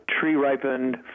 tree-ripened